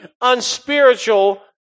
unspiritual